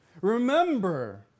Remember